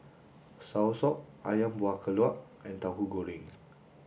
Soursop Ayam Buah Keluak and Tauhu Goreng